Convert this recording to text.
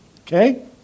Okay